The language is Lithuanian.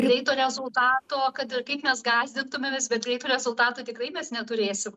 greito rezultato kad ir kaip mes gąsdintumėmės bet greito rezultato tikrai mes neturėsim